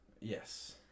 Yes